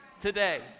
today